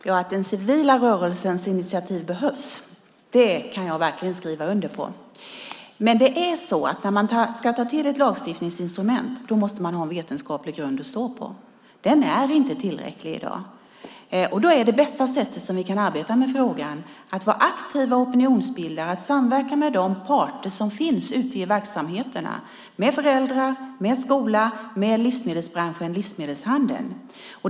Herr talman! Jag kan verkligen skriva under på att den civila rörelsens initiativ behövs. Men när man ska ta till ett lagstiftningsinstrument måste man ha en vetenskaplig grund att stå på. Den är inte tillräcklig i dag. Då är det bästa sätt som vi kan arbeta med frågan att vara aktiva opinionsbildare och att samverka med de parter som finns ute i verksamheterna, med föräldrar, med skola, med livsmedelsbranschen och livsmedelshandeln.